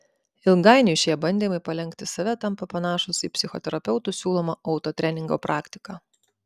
ilgainiui šie bandymai palenkti save tampa panašūs į psichoterapeutų siūlomą autotreningo praktiką